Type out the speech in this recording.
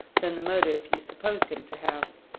than the motive you supposed him to have.